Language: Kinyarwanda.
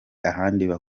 ahandi